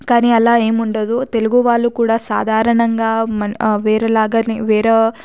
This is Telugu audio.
కానీ అలా ఏమి ఉండదు తెలుగు వాళ్ళు కూడా సాధారణంగా వేరే లాగానే వేరే